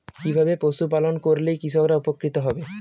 কিভাবে পশু পালন করলেই কৃষকরা উপকৃত হবে?